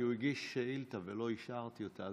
כי הוא הגיש שאילתה ולא אישרתי אותה,